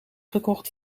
gekocht